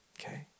okay